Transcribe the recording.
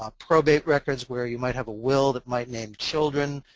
ah probate records where you might have a will that might name children,